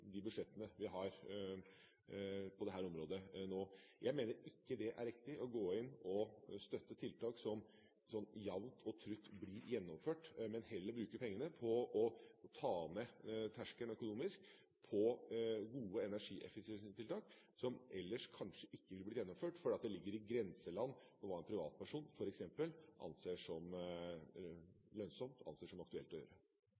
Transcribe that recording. de budsjettene vi har på dette området nå. Jeg mener ikke det er riktig å gå inn og støtte tiltak som jamnt og trutt blir gjennomført, men at man heller skal bruke pengene på å ta ned terskelen økonomisk på gode energieffektiviseringstiltak som ellers kanskje ikke ville blitt gjennomført, fordi det ligger i grenseland for hva en privatperson f.eks. anser som lønnsomt, og anser som aktuelt å gjøre.